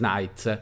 Nights